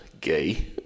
gay